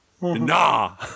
nah